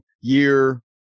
year